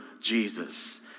Jesus